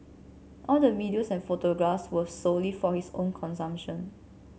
all the videos and photographs were solely for his own consumption